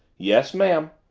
yes, ma'am.